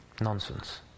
Nonsense